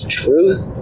truth